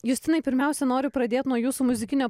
justinai pirmiausia noriu pradėt nuo jūsų muzikinio